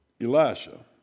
Elisha